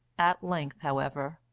at length, however,